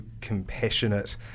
compassionate